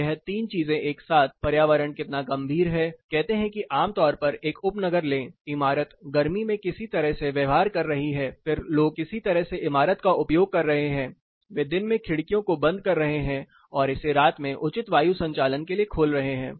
तो ये 3 चीजें एक साथ पर्यावरण कितना गंभीर हैं कहते हैं कि आम तौर पर एक उपनगर ले इमारत गर्मी में किसी तरह से व्यवहार कर रही है फिर लोग किसी तरह से इमारत का उपयोग कर रहे हैं वे दिन में खिड़कियों को बंद कर रहे हैं और इसे रात में उचित वायु संचालन के लिए खोल रहे हैं